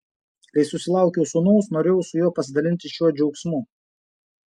kai susilaukiau sūnaus norėjau su juo pasidalinti šiuo džiaugsmu